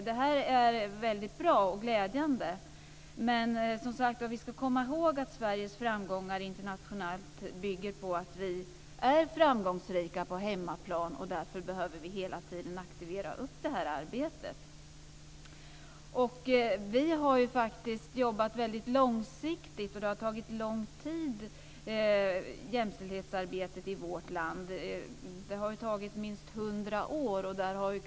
Det här är väldigt bra och glädjande, men vi ska, som sagt, komma ihåg att Sveriges framgångar internationellt bygger på att vi är framgångsrika på hemmaplan. Därför behöver vi hela tiden aktivera det här arbetet. Vi har faktiskt jobbat väldigt långsiktigt. Jämställdhetsarbetet i vårt land har tagit väldigt lång tid. Det har tagit minst hundra år.